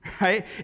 right